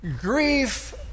Grief